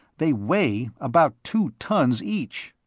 they weigh about two tons each.